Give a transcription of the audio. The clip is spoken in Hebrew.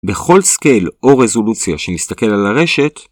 ‫בכל סקייל או רזולוציה שנסתכל על הרשת...